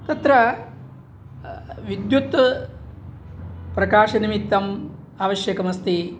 तत्र विद्युत् प्रकाशनिमित्तम् आवश्यकमस्ति